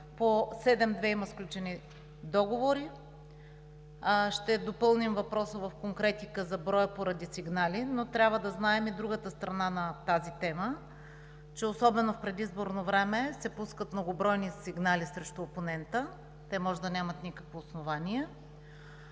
По 7.2 има сключени договори. Поради сигнали ще допълним въпроса в конкретика за броя, но трябва да знаем и другата страна на тази тема – особено в предизборно време се пускат многобройни сигнали срещу опонента, а те може да нямат никакво основание.